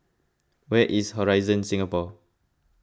where is Horizon Singapore